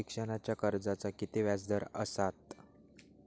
शिक्षणाच्या कर्जाचा किती व्याजदर असात?